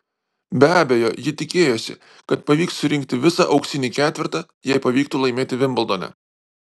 be abejo ji tikėjosi kad pavyks surinkti visą auksinį ketvertą jei pavyktų laimėti vimbldone